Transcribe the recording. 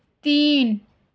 تین